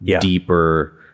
deeper